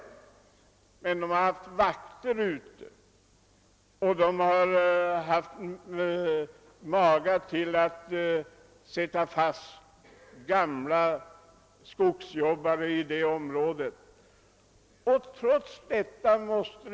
Man har placerat ut vakter inom området och har haft mage att sätta fast skogsarbetare som sedan länge bott i trakten.